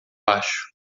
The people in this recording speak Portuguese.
acho